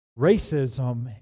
Racism